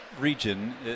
region